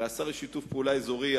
הרי השר לשיתוף פעולה אזורי,